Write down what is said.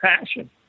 passion